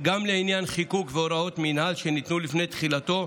גם לעניין חיקוק והוראות מינהל שניתנו לפני תחילתו,